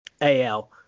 AL